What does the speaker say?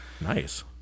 Nice